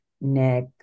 neck